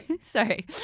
Sorry